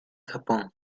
japón